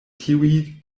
tiuj